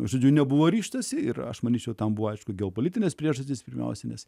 žodžiu nebuvo ryžtasi ir aš manyčiau tam buvo aišku geopolitines priežastis prienosinės